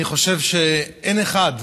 אני חושב שאין אחד,